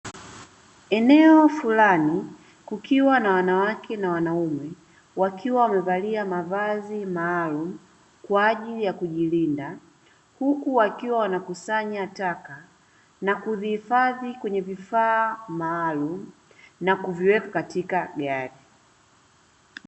Eneo fulani kukiwa na wanawake na wanaume, wakiwa wamevalia mavazi maalumu kwa ajili ya kujilinda, huku wakiwa wanakusanya taka na kuzihifadhi katika vifaa maalumu, na kuziweka katika gari.